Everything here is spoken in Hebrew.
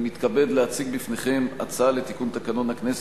אני מתכבד להציג בפניכם הצעה לתיקון תקנון הכנסת,